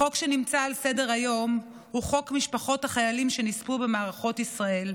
החוק שנמצא על סדר-היום הוא חוק משפחות החיילים שנספו במערכות ישראל,